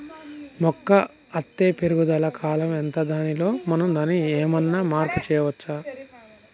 మొక్క అత్తే పెరుగుదల కాలం ఎంత దానిలో మనం ఏమన్నా మార్పు చేయచ్చా?